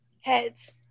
Heads